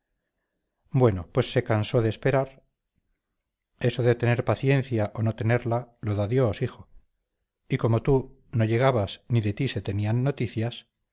bueno pues se cansó de esperar eso de tener paciencia o no tenerla lo da dios hijo y como tú no llegabas ni de ti se tenían noticias